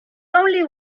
only